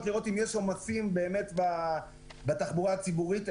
לראות אם יש עומסים בתחבורה הציבורית.